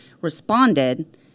responded